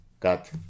got